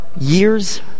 years